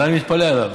אני מתפלא עליו.